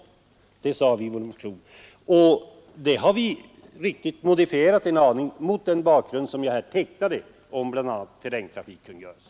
Detta uttalade vi i vår motion, och det har vi sedan modifierat en aning mot den bakgrund som jag här tecknade, bl.a. med hänsyn till terrängtrafikkungörelsen.